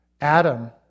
Adam